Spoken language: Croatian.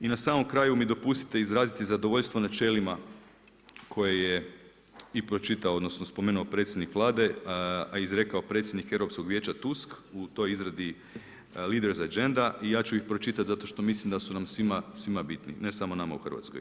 I na samom kraju mi dopustite izraziti zadovoljstvo načelima koje je i pročitao odnosno spomenuo predsjednik Vlade, a izrekao predsjednik Europskog vijeća Tusk u toj izradi Leaders Agenda i ja ću ih pročitati zato što mislim da su nam svima bitni, ne samo nama u Hrvatskoj.